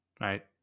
Right